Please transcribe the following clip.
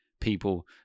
people